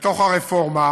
בתוך הרפורמה,